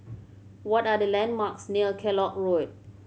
what are the landmarks near Kellock Road